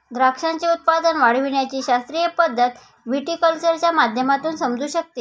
द्राक्षाचे उत्पादन वाढविण्याची शास्त्रीय पद्धत व्हिटीकल्चरच्या माध्यमातून समजू शकते